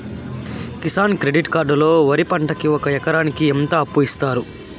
Kisan credit card లో వరి పంటకి ఒక ఎకరాకి ఎంత అప్పు ఇస్తారు?